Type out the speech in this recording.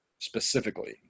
specifically